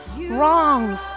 wrong